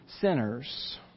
sinners